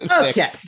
Okay